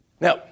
Now